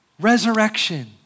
resurrection